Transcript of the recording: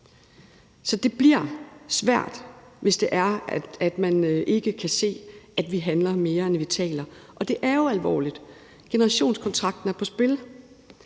Så det bliver svært, hvis det er, at man ikke kan se, at vi handler mere, end vi taler. Det er jo alvorligt. Generationskontrakten er på spil.